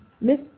miss